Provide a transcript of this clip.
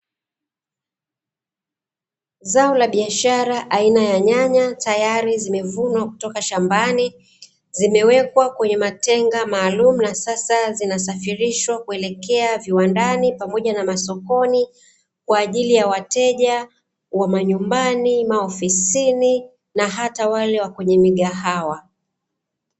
Zao la biashara aina ya nyanya tayari limevunwa kutoka shambani. Zimewekwa kwenye matenga maalum na sasa zinasafirishwa kuelekea viwandani pamoja na masokoni kwa ajili ya wateja wa manyumbani, maofisini, na hata wale wa kwenye migahawa.